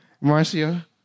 marcia